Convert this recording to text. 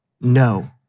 No